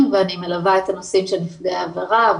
ואני מלווה את הנושאים של נפגעי עבירה,